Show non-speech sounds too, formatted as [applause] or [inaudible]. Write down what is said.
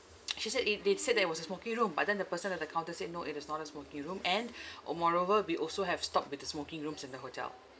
[noise] she said eh they said that it was a smoking room but then the person at the counter said no it is not a smoking room and uh moreover we also have stopped with the smoking rooms in the hotel